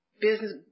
business